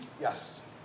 Yes